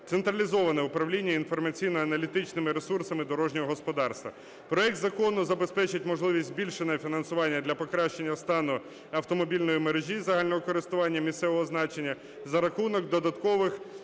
централізоване управління інформаційно-аналітичними ресурсами дорожнього господарства. Проект закону забезпечить можливість збільшення фінансування для покращення стану автомобільної мережі загального користування місцевого значення за рахунок додаткових